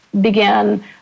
began